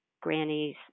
granny's